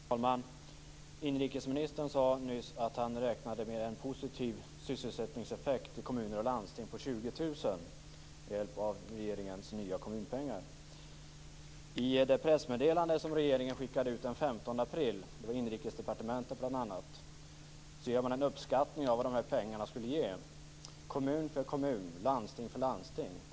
Herr talman! Inrikesministern sade nyss att han räknade med en positiv sysselsättningseffekt i kommuner och landsting på 20 000 med hjälp av regeringens nya kommunpengar. I det pressmeddelande som regeringen, inrikesdepartementet bl.a., skickade ut den 15 april, gör man en uppskattning av vad de här pengarna skulle ge kommun för kommun, landsting för landsting.